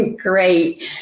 great